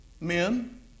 men